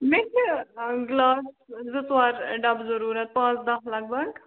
مےٚ چھِ گِٕلاس زٕ ژور ڈَبہٕ ضروٗرَت پانٛژھ دَہ لَگ بگ